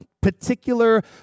particular